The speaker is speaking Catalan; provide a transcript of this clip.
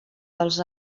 dels